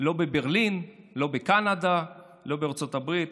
לא בברלין, לא בקנדה, לא בארצות הברית